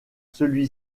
celui